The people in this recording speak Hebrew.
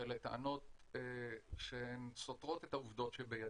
ואלה טענות שסותרות את העובדות שבידי.